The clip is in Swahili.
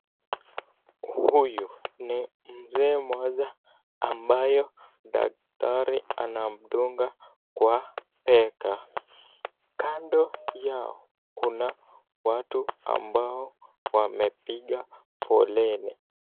Huyu ni mzee mmoja ambayo daktari anamdunga kwa Bega. Kando yao kuna watu ambao wamepiga foleni.